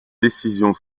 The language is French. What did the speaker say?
décision